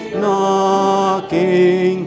knocking